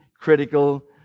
critical